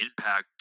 impact